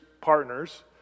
partners